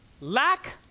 Lack